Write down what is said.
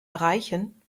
erreichen